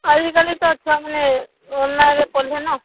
ଆଜିକାଲି ତ ଛୁଆମାନେ ଅନଲାଇନ୍ରେ ପଢ଼ିଲେ ନା